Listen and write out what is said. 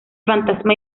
fantasma